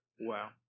Wow